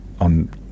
on